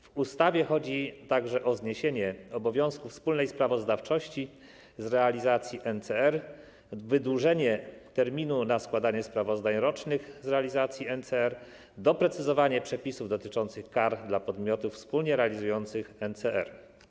W ustawie chodzi także o zniesienie obowiązku wspólnej sprawozdawczości z realizacji NCR, wydłużenie terminu na składanie sprawozdań rocznych z realizacji NCR, doprecyzowanie przepisów dotyczących kar dla podmiotów wspólnie realizujących NCR.